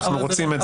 אנחנו רוצים את זה.